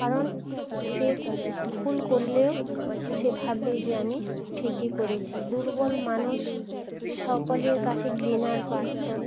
কারণ সে ভুল করলেও সে ভাববে যে আমি ঠিকই করেছি দুর্বল মানুষ সকলের কাছে ঘৃণার পাত্র